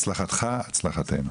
הצלחתך הצלחתנו.